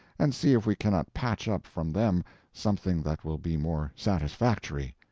and see if we cannot patch up from them something that will be more satisfactory.